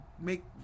make